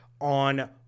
on